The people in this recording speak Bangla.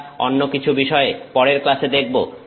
আমরা অন্য কিছু বিষয় পরের ক্লাসে দেখব